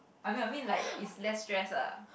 I mean I mean like is less stress lah